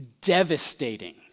devastating